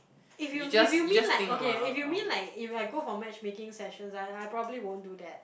if you if you mean like okay if you mean like if like go for matchmaking sessions I I probably won't do that